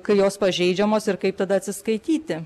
kai jos pažeidžiamos ir kaip tada atsiskaityti